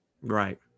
Right